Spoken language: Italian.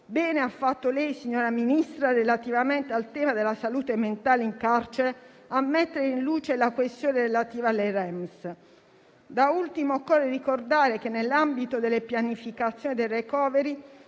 Bene ha fatto lei, signora Ministra, relativamente al tema della salute mentale in carcere, a mettere in luce la questione relativa alle REMS. Da ultimo, occorre ricordare che, nell'ambito delle pianificazione del *recovery